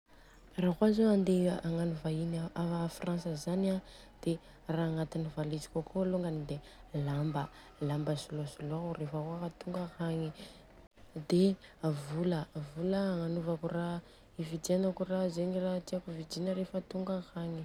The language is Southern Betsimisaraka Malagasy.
Rakôa zô handeha ii ivahiny aa frantsa zany an de ra agnatiny i valizoko akô lôngany de lamba, lamba soloasoloako rehefa akagny, de vola, vola agnanovako ra ividianako ra zegny tiako vidina reva tonga akagny.